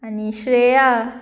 आनी श्रेया